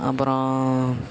அப்பறம்